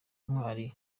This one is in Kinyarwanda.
twari